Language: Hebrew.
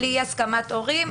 בלי הסכמת הורים,